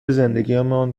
زندگیمان